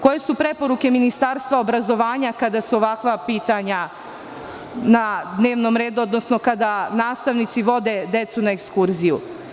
Koje su preporuka Ministarstva obrazovanja kada su ovakva pitanja na dnevnom redu, odnosno kada nastavnici vode decu na ekskurziju?